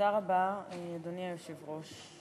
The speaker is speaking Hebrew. אדוני היושב-ראש,